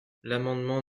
l’amendement